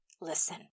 listen